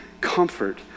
comfort